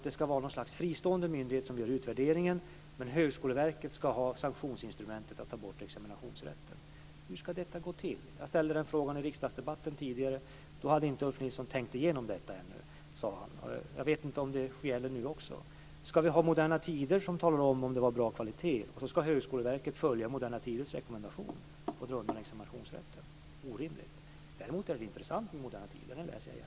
Det ska vara något slags fristående myndighet som gör utvärderingen, medan Högskoleverket ska ha sanktionsinstrumentet att ta bort examinationsrätten. Hur ska detta gå till? Jag ställde den frågan i riksdagsdebatten tidigare. Då hade Ulf Nilsson inte tänkt igenom detta, sade han. Jag vet inte om det gäller nu också. Ska vi ha Moderna Tider som talar om ifall kvaliteten var god och Högskoleverket som följer deras rekommendationer och drar in examinationsrätten? Orimligt! Däremot är Moderna Tider en intressant tidning. Den läser jag gärna.